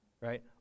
right